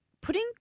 putting